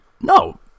No